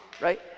Right